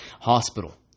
Hospital